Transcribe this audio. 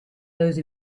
those